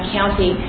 County